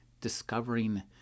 Discovering